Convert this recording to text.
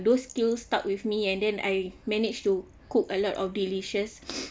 those skill stuck with me and then I managed to cook a lot of delicious